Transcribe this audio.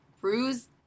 cruise